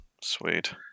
Sweet